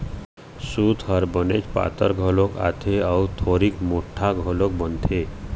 सूत ह बनेच पातर घलोक आथे अउ थोरिक मोठ्ठा घलोक बनथे